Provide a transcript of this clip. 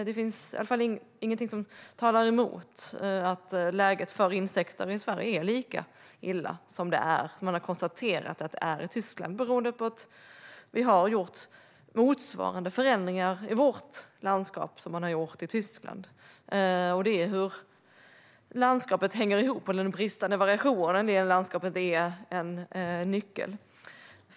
Det finns i alla fall ingenting som talar emot att läget för insekter i Sverige är lika illa som man har konstaterat att det är i Tyskland, beroende på att vi har gjort motsvarande förändringar i vårt landskap som de man har gjort i Tyskland. Den bristande variationen i landskapet är en nyckelorsak.